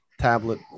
tablet